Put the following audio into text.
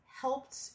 helped